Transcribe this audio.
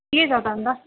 ठिकै छ त अन्त